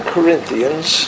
Corinthians